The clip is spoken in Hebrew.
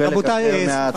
סליחה,